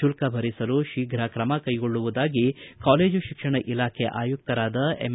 ಶುಲ್ಕ ಭರಿಸಲು ಶೀಘ ತ್ರಮ ಕೈಗೊಳ್ಳುವುದಾಗಿ ಕಾಲೇಜು ಶಿಕ್ಷಣ ಇಲಾಖೆ ಆಯುಕ್ತರಾದ ಎಮ್